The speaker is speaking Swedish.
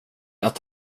att